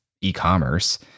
e-commerce